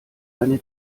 eine